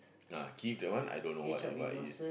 ah Kith that one I don't know what what it is